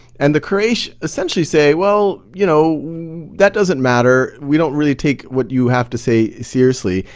and the quraysh essentially say well you know that doesn't matter, we don't really take what you have to say seriously.